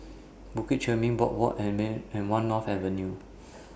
Bukit Chermin Boardwalk and one North Avenue